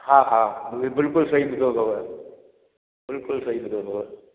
हा हा बिल्कुलु सही मिलियो अथव बिल्कुलु सही मिलियो अथव